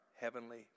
Heavenly